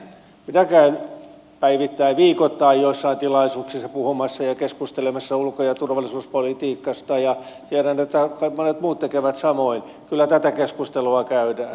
minä käyn päivittäin viikoittain joissain tilaisuuksissa puhumassa ja keskustelemassa ulko ja turvallisuuspolitiikasta ja tiedän että monet muut tekevät samoin kyllä tätä keskustelua käydään